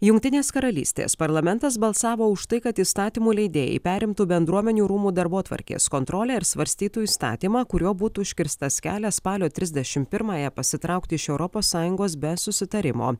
jungtinės karalystės parlamentas balsavo už tai kad įstatymų leidėjai perimtų bendruomenių rūmų darbotvarkės kontrolę ir svarstytų įstatymą kuriuo būtų užkirstas kelias spalio trisdešimt pirmąją pasitraukti iš europos sąjungos be susitarimo